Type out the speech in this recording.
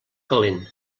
calent